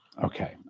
Okay